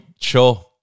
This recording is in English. sure